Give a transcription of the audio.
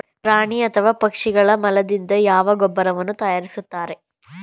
ಪ್ರಾಣಿ ಅಥವಾ ಪಕ್ಷಿಗಳ ಮಲದಿಂದ ಯಾವ ಗೊಬ್ಬರವನ್ನು ತಯಾರಿಸುತ್ತಾರೆ?